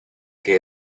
que